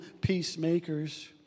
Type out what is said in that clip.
peacemakers